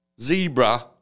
zebra